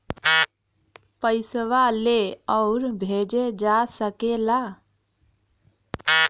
पइसवा ले आउर भेजे जा सकेला